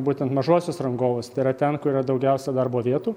būtent mažuosius rangovus tai yra ten kur yra daugiausiai darbo vietų